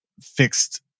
fixed